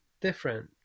different